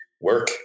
work